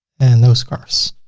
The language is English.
and those scarfs.